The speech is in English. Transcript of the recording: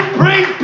bring